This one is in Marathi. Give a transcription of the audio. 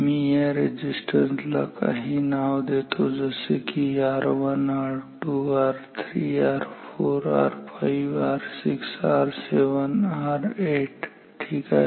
मी या रेझिस्टन्स ला काही नाव देतो जसे की R1 R2 R3 R4 R5 R6 R7 R8 ठीक आहे